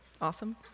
awesome